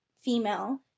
female